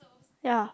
ya